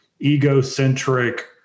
egocentric